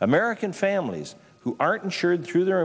american families who aren't insured through their